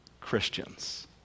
Christians